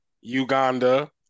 Uganda